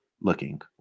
looking